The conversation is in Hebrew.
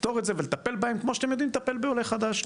לפתור את זה ולטפל בהם כמו שאתם יודעים לטפל בעולה חדש,